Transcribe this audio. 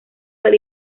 del